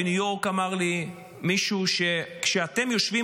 בניו יורק אמר לי מישהו: כשאתם יושבים